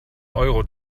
euro